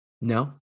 No